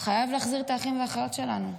חייבים להחזיר את האחים והאחיות שלנו,